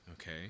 okay